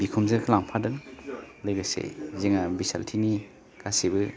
बिखुनजोखौ लांफादों लोगोसे जोंहा बिसालथेनि गासिबो